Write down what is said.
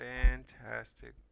fantastic